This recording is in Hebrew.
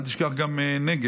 אל תשכח גם את הנגב.